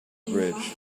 bridge